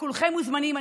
וכולכם מוזמנים.